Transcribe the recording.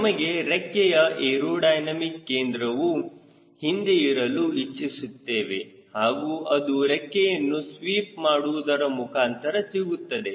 ನಮಗೆ ರೆಕ್ಕೆಯ ಏರೋಡೈನಮಿಕ್ ಕೇಂದ್ರವು ಹಿಂದೆ ಇರಲು ಇಚ್ಚಿಸುತ್ತೇವೆ ಹಾಗೂ ಅದು ರೆಕ್ಕೆಯನ್ನು ಸ್ವೀಪ್ ಮಾಡುವುದರ ಮುಖಾಂತರ ಸಿಗುತ್ತದೆ